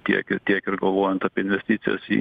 tiek ir tiek ir galvojant apie investicijas į